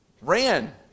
ran